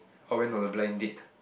oh I went on a blind date